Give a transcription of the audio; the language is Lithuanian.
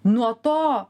nuo to